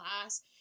class